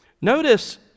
Notice